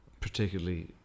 particularly